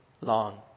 long